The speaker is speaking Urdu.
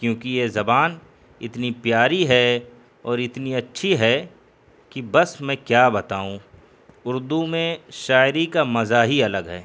کیوں کہ یہ زبان اتنی پیاری ہے اور اتنی اچھی ہے کہ بس میں کیا بتاؤں اردو میں شاعری کا مزہ ہی الگ ہے